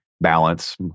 Balance